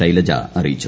ശൈലജ അറിയിച്ചു